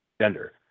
gender